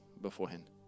beforehand